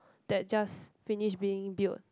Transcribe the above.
that just finish being built